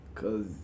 Cause